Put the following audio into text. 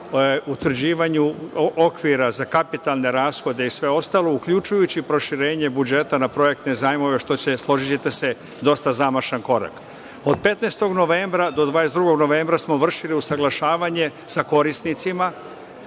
utvrđivanju okvira za kapitalne rashode i sve ostalo, uključujući proširenje budžeta na projektne zajmove, što je, složićete se, dosta zamašan korak. Od 15. novembra do 22. novembra smo vršili usaglašavanje sa korisnicima.